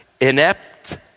inept